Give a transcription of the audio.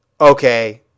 okay